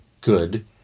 Good